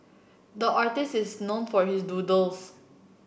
the artist is known for his doodles